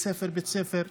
בית ספר-בית ספר,